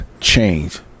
change